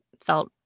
felt